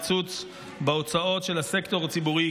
קיצוץ בהוצאות של הסקטור הציבורי,